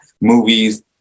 movies